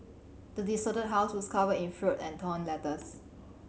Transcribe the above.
the desolated house was covered in fruit and torn letters